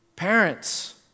Parents